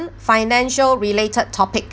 financial related topic